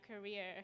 career